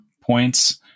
points